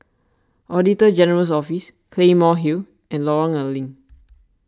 Auditor General's Office Claymore Hill and Lorong A Leng